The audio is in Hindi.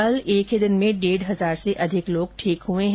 कल एक ही दिन में डेढ़ हजार से अधिक लोग ठीक हुए हैं